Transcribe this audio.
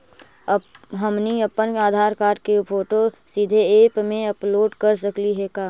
हमनी अप्पन आधार कार्ड के फोटो सीधे ऐप में अपलोड कर सकली हे का?